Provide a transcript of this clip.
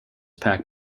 pac